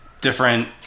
Different